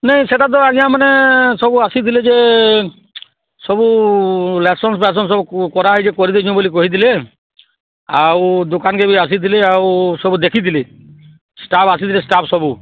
ନାଇଁ ସେଇଟା ତ ଆଜ୍ଞା ମାନେ ସବୁ ଆସିଥିଲେ ଯେ ସବୁ ଲାଇସନ୍ସଫାଇସେନ୍ସ ସବୁ କରାହେଇଛି କରିଦେଇଛୁ ବୋଲି କହିଥିଲେ ଆଉ ଦୋକାନକେ ବି ଆସିଥିଲେ ଆଉ ସବୁ ଦେଖିଥିଲେ ଷ୍ଟାଫ୍ ଆସିଥିଲେ ଷ୍ଟାଫ୍ ସବୁ